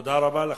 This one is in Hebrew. תודה רבה לך.